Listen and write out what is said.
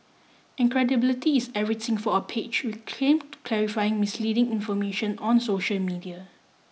and credibility is everything for a page which claim to clarify misleading information on social media